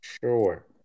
Sure